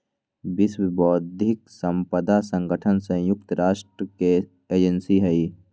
विश्व बौद्धिक साम्पदा संगठन संयुक्त राष्ट्र के एजेंसी हई